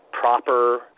proper